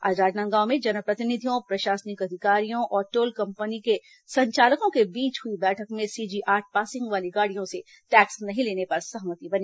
आज राजनांदगांव में जनप्रतिनिधियों प्रशासनिक अधिकारियों और टोल कंपनी के संचालकों के बीच हुई बैठक में सीजी आठ पासिंग वाली गाड़ियों से टैक्स नहीं लेने पर सहमति बनी